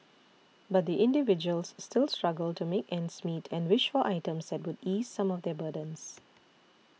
but the individuals still struggle to make ends meet and wish for items that would ease some of their burdens